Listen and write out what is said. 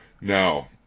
Now